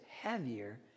heavier